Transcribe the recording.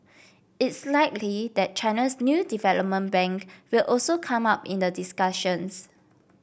it's likely that China's new development bank will also come up in the discussions